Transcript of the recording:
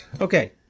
Okay